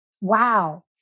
Wow